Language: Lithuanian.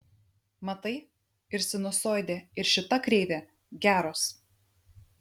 matai ir sinusoidė ir šita kreivė geros